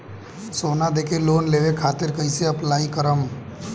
सोना देके लोन लेवे खातिर कैसे अप्लाई करम?